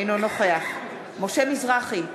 אינו נוכח משה מזרחי,